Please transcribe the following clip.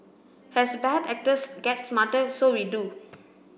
as bad actors get smarter so we do